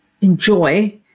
enjoy